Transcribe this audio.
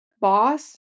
boss